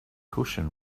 cushion